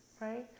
Right